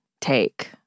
take